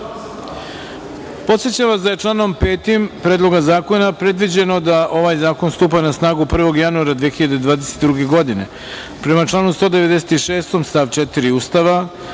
vas da je članom 5. Predloga zakona predviđeno da ovaj zakon stupa na snagu 1. januara 2022. godine. Prema članu 196. stav 4. Ustava